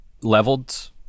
leveled